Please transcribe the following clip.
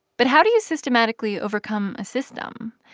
but how do you systematically overcome a system?